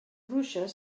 bruixes